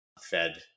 Fed